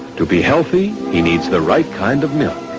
to be healthy he needs the right kind of milk.